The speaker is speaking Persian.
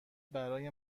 برای